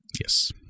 Yes